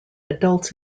adults